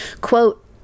quote